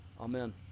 amen